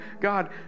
God